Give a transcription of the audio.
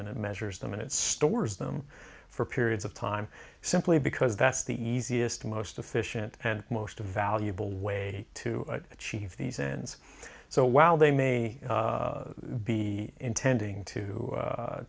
it measures the minute stores them for periods of time simply because that's the easiest most efficient and most valuable way to achieve these ends so while they may be intending to